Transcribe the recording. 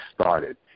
started